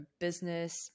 business